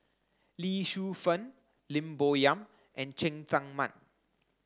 Lee Shu Fen Lim Bo Yam and Cheng Tsang Man